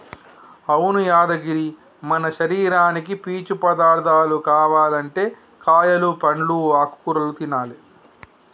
అవును యాదగిరి మన శరీరానికి పీచు పదార్థాలు కావనంటే కాయలు పండ్లు ఆకుకూరలు తినాలి